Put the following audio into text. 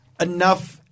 enough –